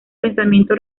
pensamiento